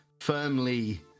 firmly